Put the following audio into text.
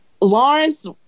Lawrence